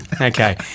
Okay